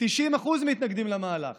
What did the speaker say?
מתנגדים למהלך,